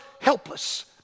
helpless